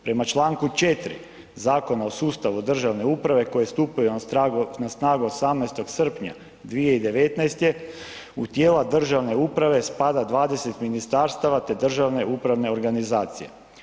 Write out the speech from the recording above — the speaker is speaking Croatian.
Prema čl. 4. Zakona o sustavu državne uprave koji je stupio na snagu 18. srpnja 2019. u tijela državne uprave spada 20 ministarstava te državne upravne organizacije.